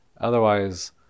Otherwise